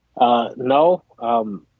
No